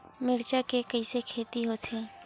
मिर्च के कइसे खेती होथे?